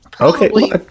Okay